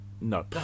No